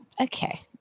Okay